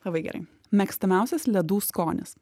labai gerai mėgstamiausias ledų skonis